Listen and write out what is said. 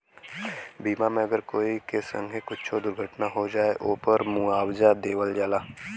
बीमा मे अगर कोई के संगे कुच्छो दुर्घटना हो जाए, ओपर मुआवजा देवल जाला